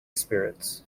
spirits